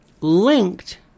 linked